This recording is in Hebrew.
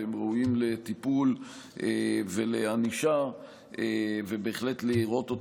והם ראויים לטיפול ולענישה ובהחלט לראות את